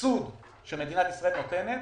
הסבסוד שמדינת ישראל נותנת